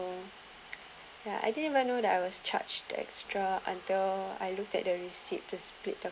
ya I didn't even know that I was charged the extra until I looked at the receipt to split the